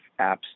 apps